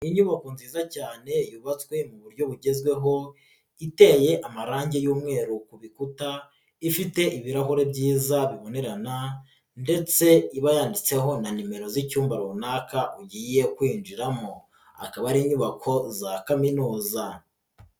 Inyubako nziza cyane yubatswe mu buryo bugezweho iteye amarangi y'umweru ku bikuta, ifite ibirahuri byiza bibonerana ndetse ibayanditseho na nimero z'icyumba runaka ugiye kwinjiramo, akaba ari inyubako za kaminuza.